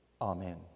Amen